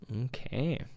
Okay